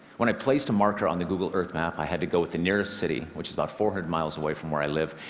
when i placed a marker on the google earth map, i had to go with the nearest city, which is about four hundred miles away from where i live.